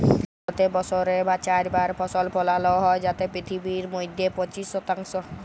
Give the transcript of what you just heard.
ভারতে বসরে চার বার ফসল ফলালো হ্যয় যাতে পিথিবীর মইধ্যে পঁচিশ শতাংশ